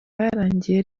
yarangiye